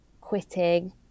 quitting